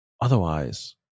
otherwise